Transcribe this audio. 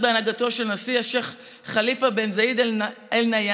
בהנהגתו של השייח' ח'ליפה בן זאייד אאל-נהיאן,